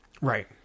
Right